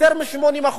יותר מ-80%.